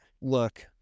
Look